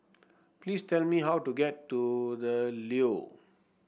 please tell me how to get to The Leo